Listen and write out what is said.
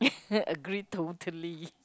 agreed totally